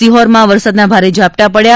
સિહોરમાં વરસાદના ભારે ઝાપટા પડ્યા હતા